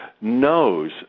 knows